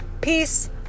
Peace